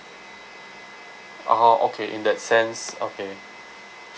(uh huh) okay in that sense okay